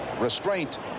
Restraint